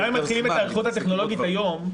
גם אם מתחילים את ההיערכות הטכנולוגית היום,